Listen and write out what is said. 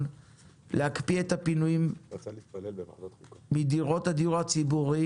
להקפיא את הפינויים מדירות הדיור הציבורי